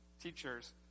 teachers